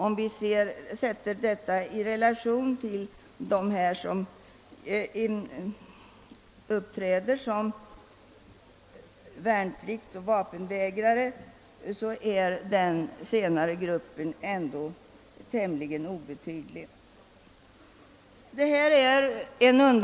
Om vi ställer detta antal i relation till dem som uppträder som vapenvägrare, finner vi att den senare gruppen är tämligen obetydlig.